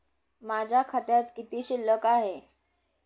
माझ्या खात्यात किती शिल्लक आहे?